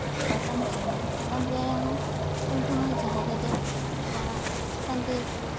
ᱯᱚᱛᱟᱢ ᱪᱮᱬᱮ ᱯᱚᱛᱟᱢ ᱪᱮᱬᱮ ᱦᱚᱸ ᱩᱱᱠᱩ ᱦᱚᱸ ᱡᱟᱦᱟᱸ ᱨᱮᱜᱮ ᱟᱠᱚᱣᱟᱜ ᱪᱮᱛᱟᱱ ᱛᱮᱜᱮ ᱠᱚ